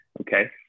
okay